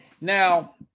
Now